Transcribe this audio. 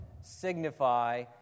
signify